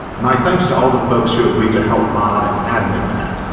my thanks to all the folks who agreed to help mod and admin that,